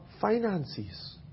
finances